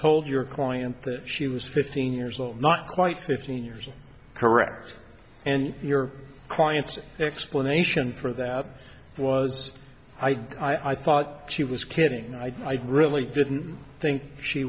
told your client that she was fifteen years old not quite fifteen years correct and your client's explanation for that was i thought she was kidding i really didn't think she